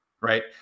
right